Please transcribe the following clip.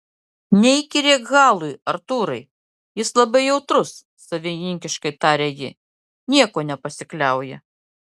neįkyrėk halui artūrai jis labai jautrus savininkiškai tarė ji niekuo nepasikliauja